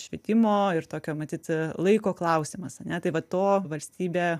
švietimo ir tokio matyt laiko klausimas ane tai vat to valstybė